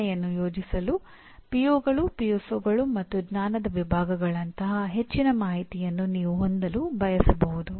ಸೂಚನೆಯನ್ನು ಯೋಜಿಸಲು ಪಿಒಗಳು ಮತ್ತು ಜ್ಞಾನದ ವಿಭಾಗಗಳಂತಹ ಹೆಚ್ಚಿನ ಮಾಹಿತಿಯನ್ನು ನೀವು ಹೊಂದಲು ಬಯಸಬಹುದು